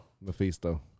Mephisto